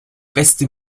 beste